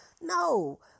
no